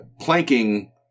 planking